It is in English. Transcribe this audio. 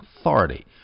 authority